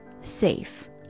safe